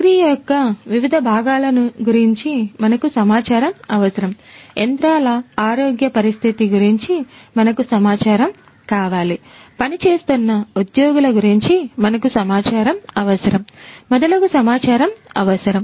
ప్రక్రియ యొక్క వివిధ భాగాల గురించి మనకు సమాచారం అవసరం యంత్రాల ఆరోగ్య పరిస్థితి గురించి మనకు సమాచారం కావాలి పనిచేస్తున్న ఉద్యోగుల గురించి మనకు సమాచారం అవసరం మొదలగు సమాచారం అవసరం